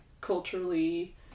culturally